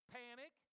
panic